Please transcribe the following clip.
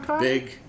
Big